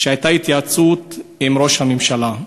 שהייתה בה התייעצות עם ראש הממשלה.